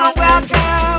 welcome